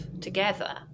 together